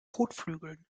kotflügeln